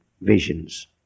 visions